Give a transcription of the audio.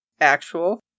actual